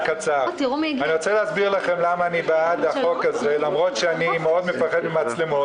רוצה להסביר לכם למה אני בעד החוק הזה למרות שאני מאוד מפחד ממצלמות.